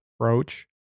approach